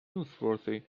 newsworthy